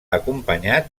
acompanyat